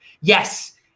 Yes